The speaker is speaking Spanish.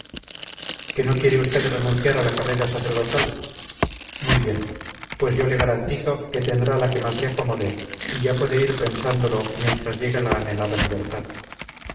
que no quiere usted renunciar a la carrera sacerdotal muy bien pues yo le garantizo que tendrá la que más le acomode y ya puede ir pensándolo mientras llega la anhelada libertad